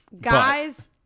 Guys